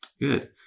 Good